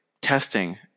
testing